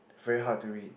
very hard to read